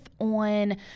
on